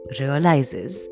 realizes